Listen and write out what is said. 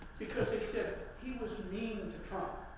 because they said he was mean to trump,